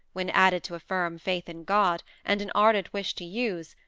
when added to a firm faith in god, and an ardent wish to use,